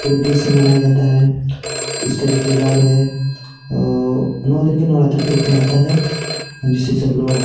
पूरे देश में मनाया जाता है इसका जो त्यौहार है नौ दिन के नवरात्रि के रूप में आता है जिसे सब लोग